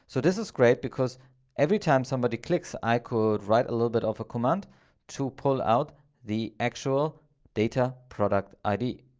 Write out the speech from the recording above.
so this is great because every time somebody clicks, i could write a little bit of a command to pull out the actual data product id,